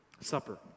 supper